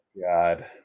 God